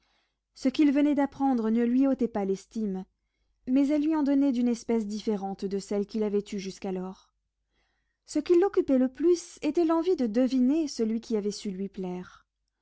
ce qu'il venait d'apprendre ne lui ôtait pas l'estime mais elle lui en donnait d'une espèce différente de celle qu'il avait eue jusqu'alors ce qui l'occupait le plus était l'envie de deviner celui qui avait su lui plaire